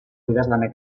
idazlanak